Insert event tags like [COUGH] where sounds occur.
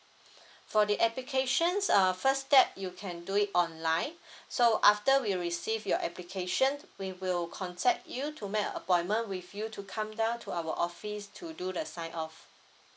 [BREATH] for the applications err first step you can do it online so after we receive your application we will contact you to make a appointment with you to come down to our office to do the sign off